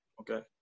Okay